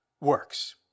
works